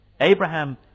Abraham